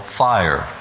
fire